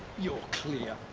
you're clear.